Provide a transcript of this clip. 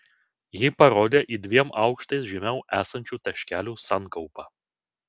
ji parodė į dviem aukštais žemiau esančių taškelių sankaupą